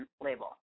label